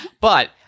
But-